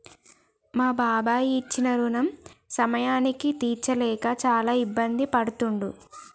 మా బాబాయి ఇచ్చిన రుణం సమయానికి తీర్చలేక చాలా ఇబ్బంది పడుతుండు